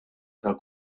tal